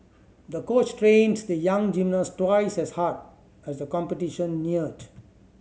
the coach trained the young gymnast twice as hard as the competition neared